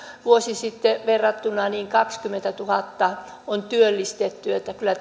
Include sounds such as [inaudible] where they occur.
vuoden takaiseen verrattuna kaksikymmentätuhatta on työllistetty niin että kyllä [unintelligible]